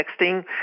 texting